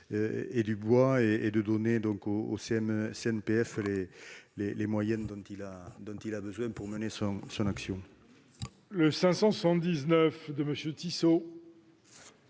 de donner au CNPF les moyens dont il a besoin pour mener son action.